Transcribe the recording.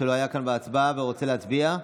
שלא היה כאן בהצבעה ורוצה להצביע?